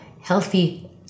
healthy